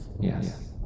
Yes